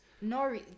No